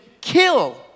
kill